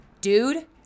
dude